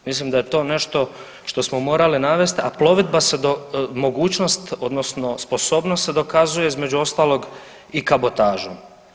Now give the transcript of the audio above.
Mislim da je to nešto što smo morali navesti a plovidba se, mogućnost odnosno sposobnost se dokazuje između ostalog i kabotažom.